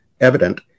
evident